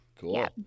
Cool